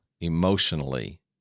emotionally